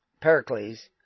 Pericles